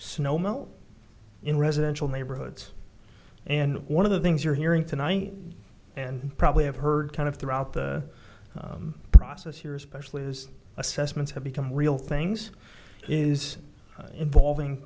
melt in residential neighborhoods and one of the things you're hearing tonight and probably have heard kind of throughout the process here especially is assessments have become real things is involving